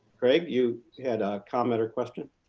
craig, you had a comment or question?